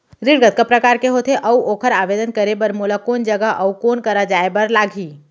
ऋण कतका प्रकार के होथे अऊ ओखर आवेदन करे बर मोला कोन जगह अऊ कोन करा जाए बर लागही?